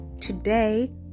Today